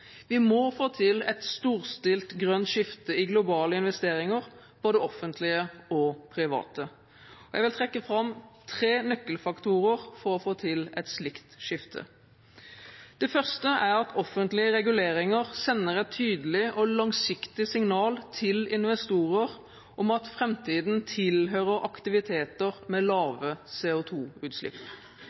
Vi må få til et storstilt grønt skifte i globale investeringer, både offentlige og private. Jeg vil trekke fram tre nøkkelfaktorer for å få til et slikt skifte. Det første er at offentlige reguleringer sender et tydelig og langsiktig signal til investorer om at framtiden tilhører aktiviteter med lave